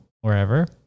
wherever